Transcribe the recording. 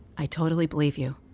i totally believe you